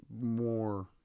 more